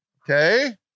Okay